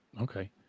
Okay